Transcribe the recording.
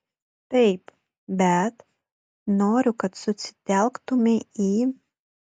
taip bet noriu kad susitelktumei į